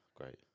great